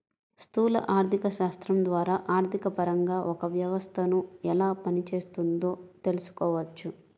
స్థూల ఆర్థికశాస్త్రం ద్వారా ఆర్థికపరంగా ఒక వ్యవస్థను ఎలా పనిచేస్తోందో తెలుసుకోవచ్చు